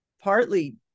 partly